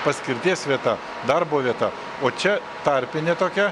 paskirties vieta darbo vieta o čia tarpinė tokia